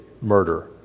murder